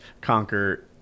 conquer